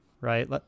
Right